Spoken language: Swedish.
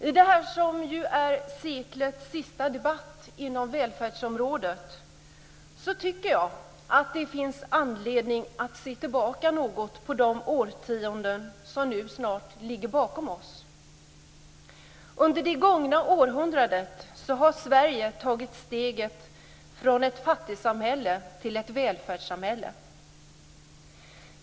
I den här debatten, som ju är seklets sista inom välfärdsområdet, tycker jag att det finns anledning att se tillbaka något på de årtionden som nu snart ligger bakom oss. Under det gångna århundradet har Sverige tagit steget från ett fattigsamhälle till ett välfärdssamhälle.